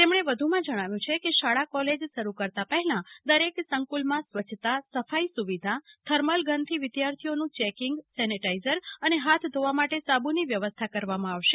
તેમણે વધુમાં જણાવ્યુ છે કે શાળા કોલેજ શરૂ કરતા પહેલા દરેક સંકુલમાં સ્વચ્છતા સફાઇ સુવિધા થર્મલગનથી વિદ્યાર્થીઓનુ ચેકીંગ સેનીઝાઇટર અને ધોવા માટે સાબુની વ્યવસ્થા કરવામા આવશે